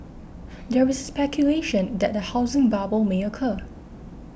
there is speculation that a housing bubble may occur